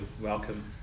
welcome